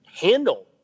handle